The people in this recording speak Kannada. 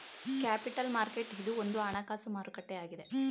ಕ್ಯಾಪಿಟಲ್ ಮಾರ್ಕೆಟ್ ಇದು ಒಂದು ಹಣಕಾಸು ಮಾರುಕಟ್ಟೆ ಆಗಿದೆ